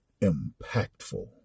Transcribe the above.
impactful